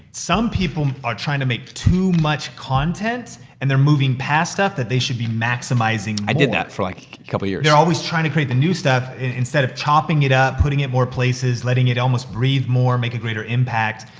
some people are trying to make too much content, and they're moving past stuff that they should be maximizing more. i did that for a like couple years. they're always trying to create the new stuff instead of chopping it up, putting it more places, letting it almost breathe more, make a greater impact.